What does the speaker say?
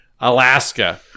Alaska